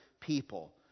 people